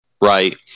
right